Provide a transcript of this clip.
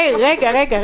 מאיר, רגע.